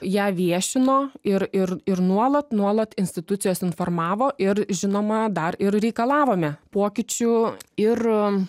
ją viešino ir ir ir nuolat nuolat institucijos informavo ir žinoma dar ir reikalavome pokyčių ir